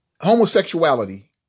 homosexuality